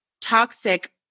toxic